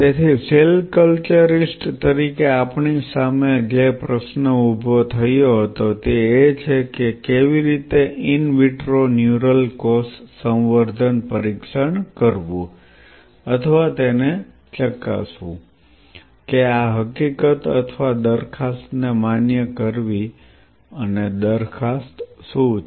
તેથી cell culturist તરીકે આપણી સામે જે પ્રશ્ન ઉભો થયો હતો તે એ છે કે કેવી રીતે ઇન વિટ્રો ન્યુરલ કોષ સંવર્ધન પરીક્ષણ કરવું અથવા તેને ચકાસવું કે આ હકીકત અથવા દરખાસ્તને માન્ય કરવી અને દરખાસ્ત શું છે